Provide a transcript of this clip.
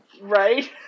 Right